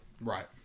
Right